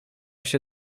się